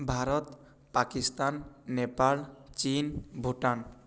ଭାରତ ପାକିସ୍ତାନ ନେପାଳ ଚୀନ୍ ଭୁଟାନ